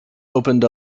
opened